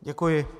Děkuji.